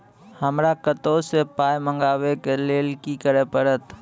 हमरा कतौ सअ पाय मंगावै कऽ लेल की करे पड़त?